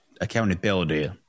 accountability